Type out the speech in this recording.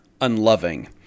unloving